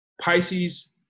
Pisces